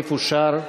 הסעיף אושר.